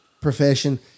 profession